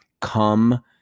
come